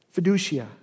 fiducia